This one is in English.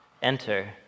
enter